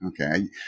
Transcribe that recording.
okay